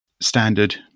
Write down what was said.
standard